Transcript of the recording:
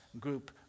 group